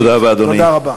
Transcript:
תודה רבה.